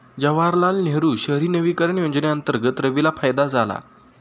जवाहरलाल नेहरू शहरी नवीकरण योजनेअंतर्गत रवीला फायदा झाला